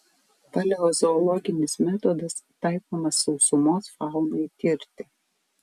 paleozoologinis metodas taikomas sausumos faunai tirti